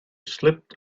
slipped